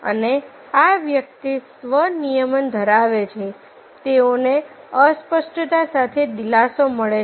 અને આ વ્યક્તિ સ્વ નિયમન ધરાવે છે તેઓને અસ્પષ્ટતા સાથે દિલાસો મળે છે